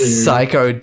psycho